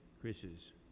Chris's